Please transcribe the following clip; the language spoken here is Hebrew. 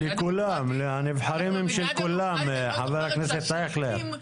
לכולם, הנבחרים הם של כולם, חבר הכנסת אייכלר.